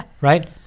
right